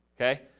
okay